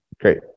Great